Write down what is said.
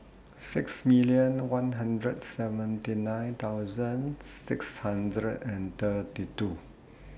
six million one hundred seventy nine thousand six hundred and thirty two